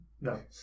No